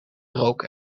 rook